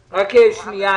שנייה.